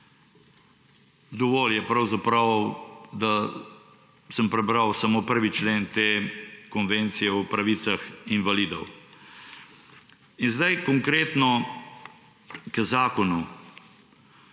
Dovolj je pravzaprav, da sem prebral samo 1. člen Konvencije o pravicah invalidov. Sedaj konkretno k zakonu.